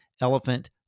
elephant